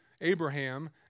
Abraham